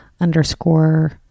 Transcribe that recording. underscore